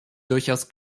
durchaus